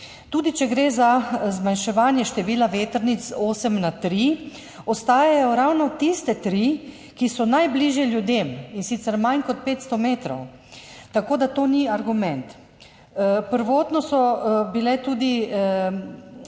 Tudi če gre za zmanjševanje števila vetrnic z osem na tri, ostajajo ravno tiste tri, ki so najbližje ljudem, in sicer manj kot 500 metrov. Tako da to ni argument. Prvotno so bile tudi